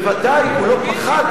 בוודאי הוא לא פחד,